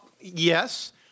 yes